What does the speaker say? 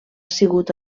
sigut